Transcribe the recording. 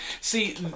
see